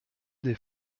des